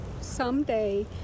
someday